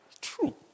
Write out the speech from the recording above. True